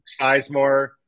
Sizemore